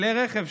כלי רכב,